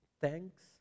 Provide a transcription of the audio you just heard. Thanks